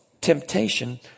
temptation